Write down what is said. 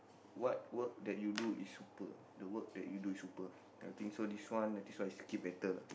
what work that you do is super the work that you do is super I think so this one and this one I skip better lah